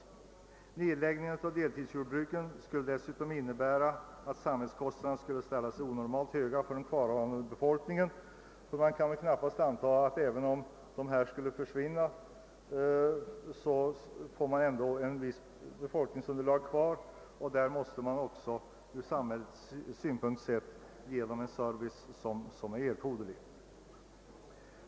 En nedläggning av deltidsjordbruken skulle dessutom innebära att samhällskostnaderna skulle ställa sig onormalt höga för den kvarvarande befolkningen, ty man måste anta att det, även om dessa deltidsjordbruk skulle försvinna, ändå blir ett visst befolkningsunderlag kvar, som måste ges den service som är erforderlig.